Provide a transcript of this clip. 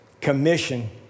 commission